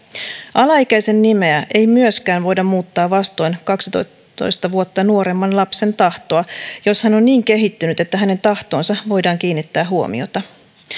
alaikäisen nimeä ei myöskään voida muuttaa vastoin kaksitoista vuotta nuoremman lapsen tahtoa jos hän on niin kehittynyt että hänen tahtoonsa voidaan kiinnittää huomiota